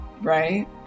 Right